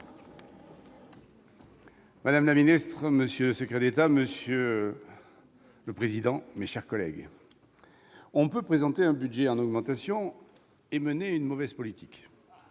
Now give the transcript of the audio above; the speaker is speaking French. madame la ministre, monsieur le secrétaire d'État, mes chers collègues, on peut présenter un budget en augmentation et mener une mauvaise politique